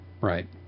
Right